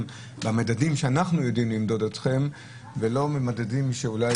במדדים שאנחנו יודעים למדוד אתכם ולא במדדים שאולי